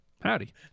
howdy